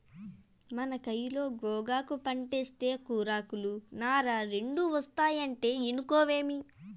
మన కయిలో గోగాకు పంటేస్తే కూరాకులు, నార రెండూ ఒస్తాయంటే ఇనుకోవేమి